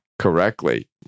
correctly